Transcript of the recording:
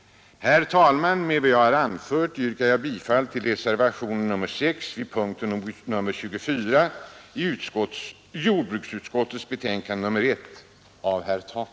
Herr talman! Med vad jag här har anfört yrkar jag bifall till reservationen 6 av herr Takman vid punkten 24 i jordbruksutskottets betänkande nr 1.